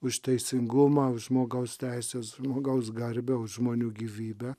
už teisingumą žmogaus teises žmogaus garbę už žmonių gyvybę